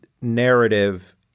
narrative